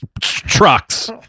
trucks